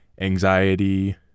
anxiety